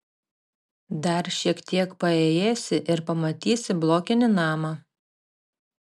dar šiek tiek paėjėsi ir pamatysi blokinį namą